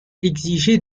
exiger